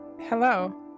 Hello